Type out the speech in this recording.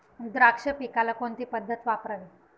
द्राक्ष पिकाला कोणती पद्धत वापरावी?